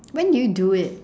when did you do it